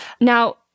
Now